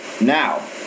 Now